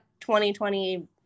2020